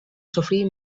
sofrir